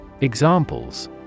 Examples